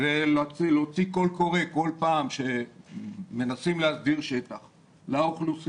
ולהוציא קול קורא כל פעם שמנסים להסדיר שטח לאוכלוסייה,